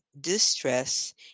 distress